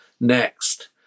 next